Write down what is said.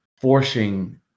Forcing